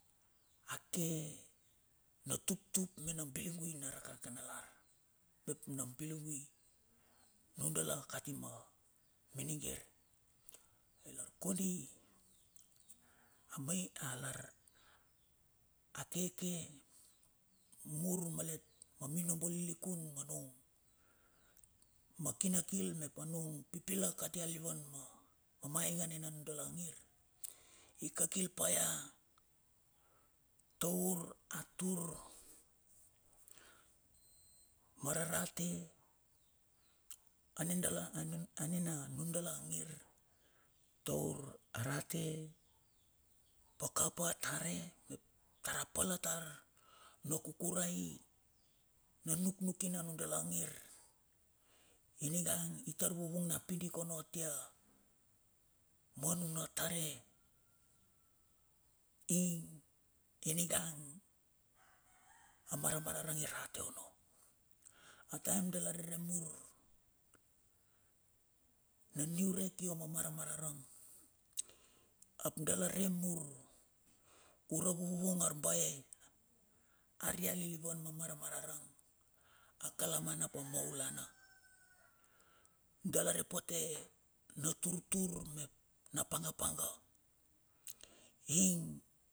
Akena tuptup mena biligui na rakaraka nalar, mep na biligui nu dala kati ma miningir ilar kondi amai lar akeke mur malet ma minobo lilikun ma nung ma kinakil mep anung pipilak atia lilivan ma mamai inga nina nundala ngir i kakil pa ia taur atur ma rarate ani dala anena nudala ngir. Taur a rate vakapa a tare tar apala tar na kukurai na nuknuki na nudala ngir ininga itar vuvung na pidik onno atia ma nun tare ing ningang amar ararang i rate onno ataim dala rere mur na niurek io ma maramarang ap dala re mur ura vuvung arbae aria lilivan ma maramarang a kalamana ap a maulana dala re pote na tur tur mep na panga panga ing.